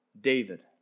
David